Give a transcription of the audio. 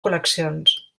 col·leccions